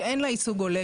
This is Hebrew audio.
שאין לה ייצוג הולם.